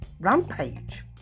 Rampage